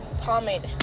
pomade